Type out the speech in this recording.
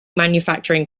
manufacturing